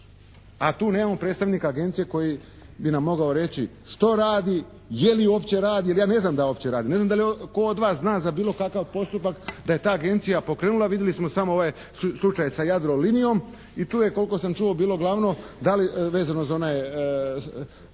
A tu nemamo predstavnika agencije koji bi nam mogao reći što radi, je li uopće radi jer ja ne znam da li uopće radi, ne znam da li tko od vas zna za bilo koji postupak da je ta agencija pokrenula. Vidjeli smo samo ovaj slučaj sa Jadrolinijom i tu je koliko sam čuo bilo glavno vezano za onaj